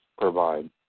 provide